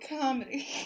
comedy